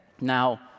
Now